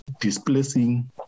displacing